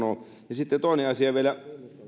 sitten toinen asia vielä